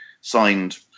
signed